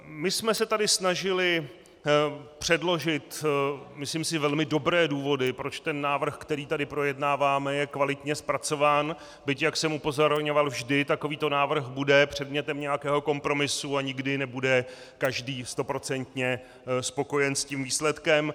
My jsme se tady snažili předložit, myslím si, velmi dobré důvody, proč návrh, který tady projednáváme, je kvalitně zpracován, byť, jak jsem upozorňoval, vždy takovýto návrh bude předmětem nějakého kompromisu a nikdy nebude každý stoprocentně spokojen s výsledkem.